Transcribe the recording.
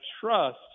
trust